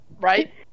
right